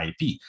IP